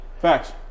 Facts